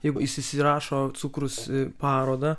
jeigu jis įsirašo cukrus parodą